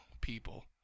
people